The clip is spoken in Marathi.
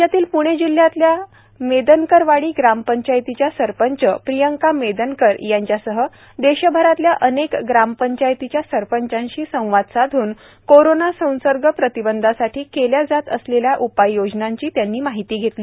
राज्यातील पूणे जिल्ह्यातल्या मेदनकरवाडी ग्रामपंचायतीच्या सरपंच प्रियंका मेदनकर यांच्यासह देशभरातल्या अनेक ग्रामपंचायतींच्या सरपंचांशी संवाद साधून कोरोना संसर्ग प्रतिबंधासाठी केल्या जात असलेल्या उपाययोजनांची माहिती घेतली